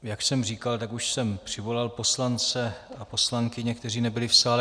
Jak jsem říkal, tak už jsem přivolal poslance a poslankyně, kteří nebyli v sále.